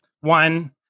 one